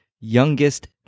youngest